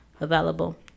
available